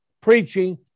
Preaching